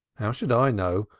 how should i know?